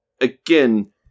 again